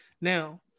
Now